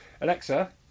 Alexa